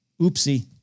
oopsie